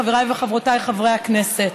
חבריי וחברותיי חברי הכנסת,